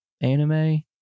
anime